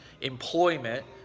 employment